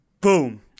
Boom